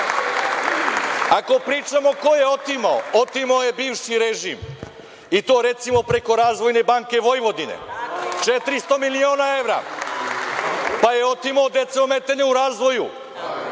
pričamo ko je otimao, otimao je bivši režim i to, recimo, preko „Razvojne banke Vojvodine“ 400 miliona evra, pa je otimao od dece ometene u razvoju